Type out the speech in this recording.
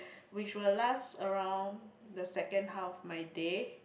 which will last around the second half of my day